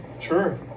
Sure